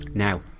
Now